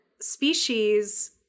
species